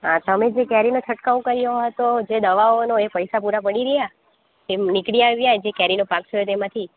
હા તમે જે કેરીમાં છંટકાવ કર્યો હતો જે દવાઓનો એ પૈસા પૂરા મળી રહ્યા તેમ નીકળી આવ્યા જે કેરીનો પાક થયો તેમાંથી